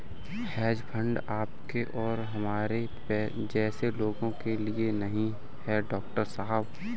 hedge fund आपके और हमारे जैसे लोगों के लिए नहीं है, डॉक्टर साहब